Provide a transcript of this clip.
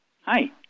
Hi